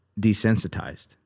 desensitized